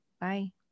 Bye